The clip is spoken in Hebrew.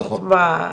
נכון.